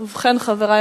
ובכן, חברי